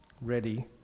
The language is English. ready